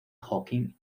hawking